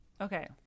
Okay